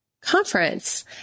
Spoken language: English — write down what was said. Conference